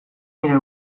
nire